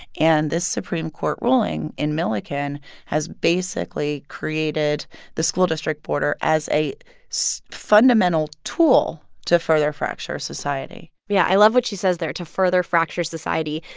and this supreme court ruling in milliken has basically created the school district border as a so fundamental tool to further fracture society yeah. i love what she says there to further fracture society.